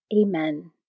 Amen